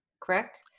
correct